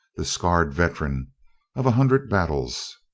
the scarred veteran of a hundred battles.